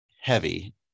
heavy